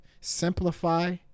simplify